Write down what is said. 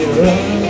run